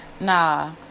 Nah